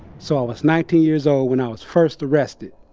so i was nineteen years old when i was first arrested.